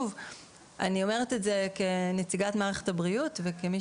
אני אומרת את זה כנציגת מערכת הבריאות וכמי